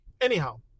Anyhow